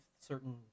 certain